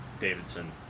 Davidson